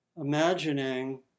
imagining